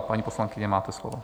Paní poslankyně, máte slovo.